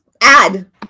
add